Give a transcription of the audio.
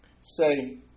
say